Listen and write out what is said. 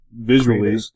visually